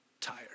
tired